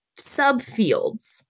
subfields